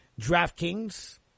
DraftKings